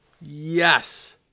Yes